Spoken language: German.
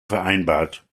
vereinbart